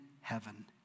heaven